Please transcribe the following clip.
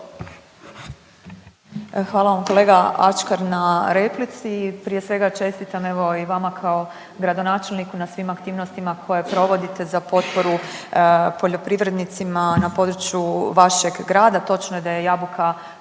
Hvala vam kolega Ačkar na replici. Prije svega čestitam evo i vama kao gradonačelniku na svim aktivnostima koje provodite za potporu poljoprivrednicima na području vašeg grada. Točno je da je Jabuka.hr